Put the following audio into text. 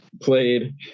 played